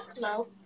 No